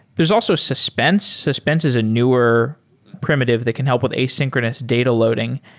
there's also suspense. suspense is a newer primitive that can help with asynchronous data loading.